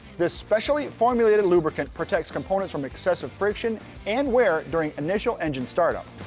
this specially formulated lubricant protects components from excessive friction and wear during initial engine start up.